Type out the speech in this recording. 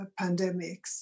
pandemics